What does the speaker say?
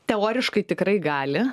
teoriškai tikrai gali